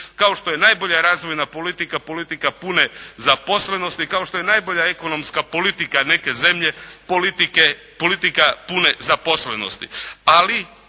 kao što je najbolja razvojna politika, politika pune zaposlenosti, kao što je najbolja ekonomska politika neke zemlje politika pune zaposlenosti.